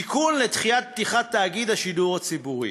תיקון לדחיית פתיחת תאגיד השידור הציבורי,